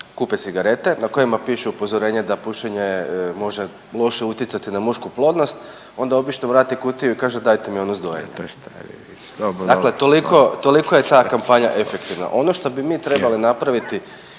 kupe cigarete na kojima piše upozorenje da pušenje može loše utjecati na mušku plodnost onda obično vrate kutiju i kažu dajte mi onu …/Govornik se ne razumije/…dakle toliko, toliko je ta kampanja efektivna. Ono što bi mi trebali napraviti,